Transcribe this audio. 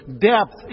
depth